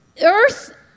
earth